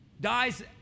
dies